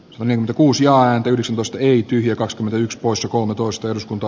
swannin kuusi ja yksi musta ei tyhjä kakskymmentäyks poissa kolmetoista eduskunta